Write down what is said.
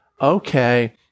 okay